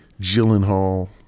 Gyllenhaal